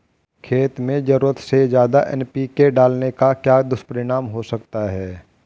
खेत में ज़रूरत से ज्यादा एन.पी.के डालने का क्या दुष्परिणाम हो सकता है?